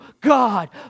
God